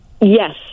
Yes